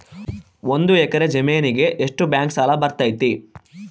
ಒಂದು ಎಕರೆ ಜಮೇನಿಗೆ ಎಷ್ಟು ಬ್ಯಾಂಕ್ ಸಾಲ ಬರ್ತೈತೆ?